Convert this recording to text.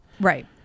Right